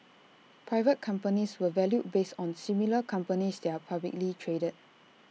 private companies were valued based on similar companies that are publicly traded